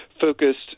focused